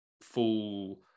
full